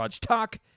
Talk